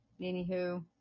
anywho